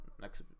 next